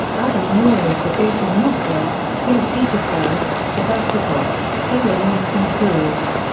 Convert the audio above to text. other memorials were built in moscow, st. petersburg, sevastopol, severomorsk and kursk.